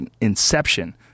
inception